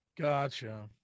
Gotcha